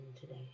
today